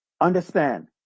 Understand